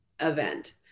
event